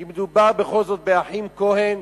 כי מדובר בכל זאת באחים כהן,